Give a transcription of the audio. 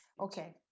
Okay